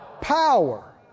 power